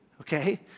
Okay